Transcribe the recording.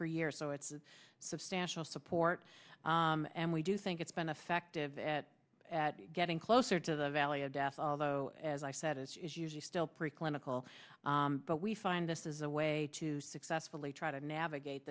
per year so it's a substantial support and we do think it's been effective at getting closer to the valley of death although as i said it's usually still pre clinical but we find this is a way to successfully try to navigate